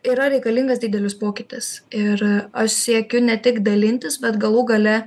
yra reikalingas didelis pokytis ir aš siekiu ne tik dalintis bet galų gale